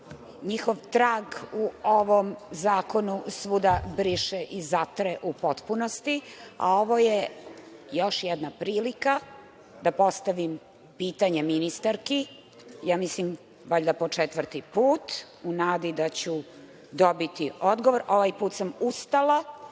njihov trag u ovom zakonu briše i zatre u potpunosti, a ovo je još jedna prilika da postavim pitanje ministarki, mislim valjda po četvrti put u nadi da ću dobiti odgovor. Ovaj puta sam ustala,